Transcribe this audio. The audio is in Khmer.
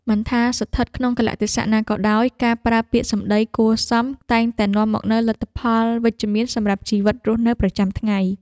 មិនថាស្ថិតក្នុងកាលៈទេសៈណាក៏ដោយការប្រើពាក្យសម្តីគួរសមតែងតែនាំមកនូវលទ្ធផលវិជ្ជមានសម្រាប់ជីវិតរស់នៅប្រចាំថ្ងៃ។